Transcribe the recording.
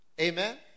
Amen